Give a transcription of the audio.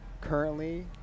currently